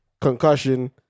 concussion